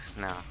no